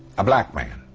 a black man